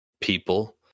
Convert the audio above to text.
people